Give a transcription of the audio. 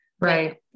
Right